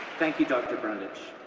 thank you, dr. brundage.